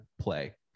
Play